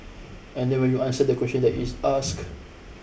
and then when you answer the question that is asked